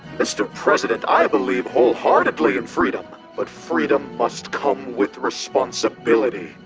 mr. president. i believe wholeheartedly in freedom! but freedom must come with responibility!